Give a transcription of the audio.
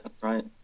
right